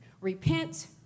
repent